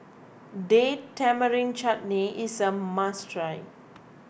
Date Tamarind Chutney is a must try